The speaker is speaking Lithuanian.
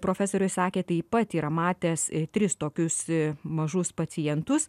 profesoriui sakė taip pat yra matęs tris tokius mažus pacientus